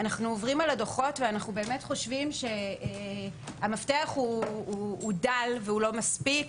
וכשאנחנו עוברים על הדוחות אנחנו חושבים שהמפתח הוא דל ולא מספיק.